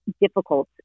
difficult